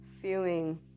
feeling